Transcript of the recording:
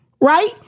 right